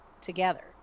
together